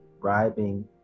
bribing